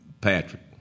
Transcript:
Patrick